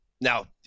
Now